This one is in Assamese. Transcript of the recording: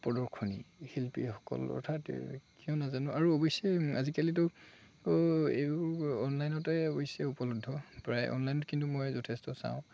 প্ৰদৰ্শনী শিল্পীসকল অৰ্থাৎ কিয় নাজানো আৰু অৱশ্যে আজিকালিতো এইবোৰ অনলাইনতে অৱশ্যে উপলব্ধ প্ৰায় অনলাইনত কিন্তু মই যথেষ্ট চাওঁ